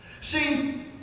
See